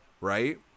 right